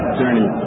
journey